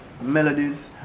melodies